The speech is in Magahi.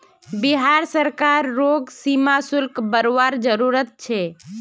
बिहार सरकार रोग सीमा शुल्क बरवार जरूरत छे